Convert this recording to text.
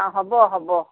হ'ব হ'ব